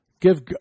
Give